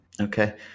Okay